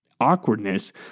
awkwardness